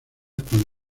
con